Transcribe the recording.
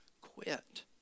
quit